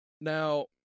Now